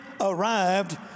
arrived